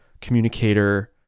communicator